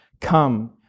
Come